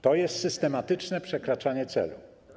To jest systematyczne przekraczanie celu.